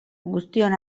guztion